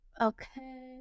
okay